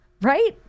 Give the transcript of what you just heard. right